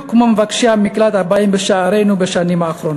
כמו מבקשי המקלט הבאים בשערינו בשנים האחרונות.